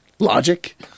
Logic